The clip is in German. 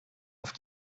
auf